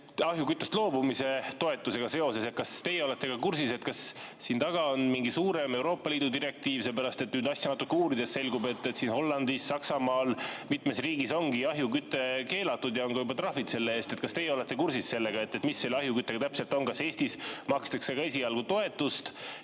ahjuküttest loobumise toetusega seoses. Kas teie olete kursis, kas siin taga on mingi suurem Euroopa Liidu direktiiv? Sellepärast, et nüüd asja natuke uurides selgub, et Hollandis, Saksamaal, mitmes riigis ongi ahjuküte keelatud ja on juba ka trahvid selle eest. Kas teie olete kursis sellega, mis selle ahjuküttega täpselt on? Kas Eestis makstakse ka esialgu toetust